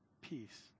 peace